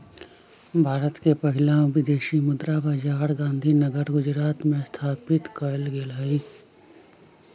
भारत के पहिला विदेशी मुद्रा बाजार गांधीनगर गुजरात में स्थापित कएल गेल हइ